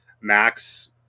Max